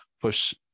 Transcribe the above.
push